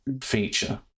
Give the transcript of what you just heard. feature